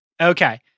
Okay